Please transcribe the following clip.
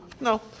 No